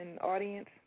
audience